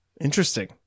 Interesting